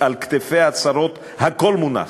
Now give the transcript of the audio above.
על כתפיה הצרות הכול מונח.